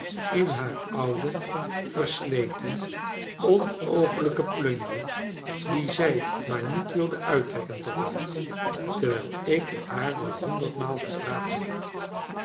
in haar oude versleten onooglijke plunje die zij maar niet wilde uittrekken papa terwijl ik het haax wel honderd maal gevraagd heb